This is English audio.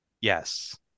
Yes